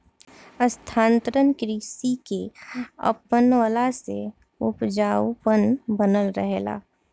स्थानांतरण कृषि के अपनवला से उपजाऊपन बनल रहेला